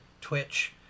Twitch